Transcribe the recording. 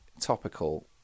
topical